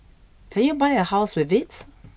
can you buy a house with it